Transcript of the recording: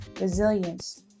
resilience